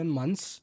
months